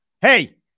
hey